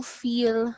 feel